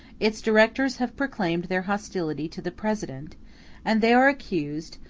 its directors have proclaimed their hostility to the president and they are accused,